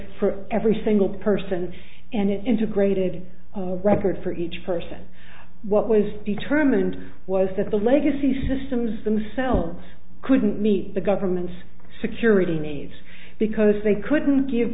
for every single person and integrated of record for each person what was determined was that the legacy systems themselves couldn't meet the government's security needs because they couldn't give